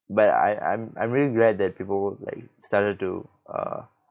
but I I'm I'm really glad that people like started to uh